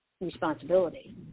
responsibility